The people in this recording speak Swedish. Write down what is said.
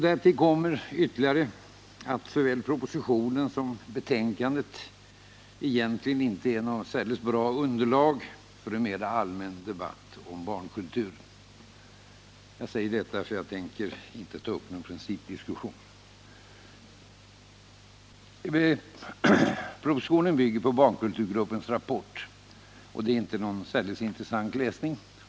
Därtill kommer också att varken proposition eller betänkande egentligen är något särdeles bra underlag för en mera allmän debatt om barnkultur. Jag säger detta med anledning av att jag inte tänker ta upp någon principdiskussion. Propositionen bygger på barnkulturgruppens rapport, och den rapporten är inte någon särskilt intressant läsning.